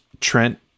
Trent